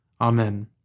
Amen